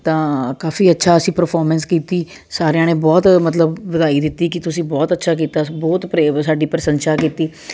ਤਾਂ ਕਾਫੀ ਅੱਛਾ ਅਸੀਂ ਪਰਫੋਰਮੈਂਸ ਕੀਤੀ ਸਾਰਿਆਂ ਨੇ ਬਹੁਤ ਮਤਲਬ ਵਧਾਈ ਦਿੱਤੀ ਕਿ ਤੁਸੀਂ ਬਹੁਤ ਅੱਛਾ ਕੀਤਾ ਬਹੁਤ ਪ੍ਰੇਮ ਸਾਡੀ ਪ੍ਰਸ਼ੰਸਾ ਕੀਤੀ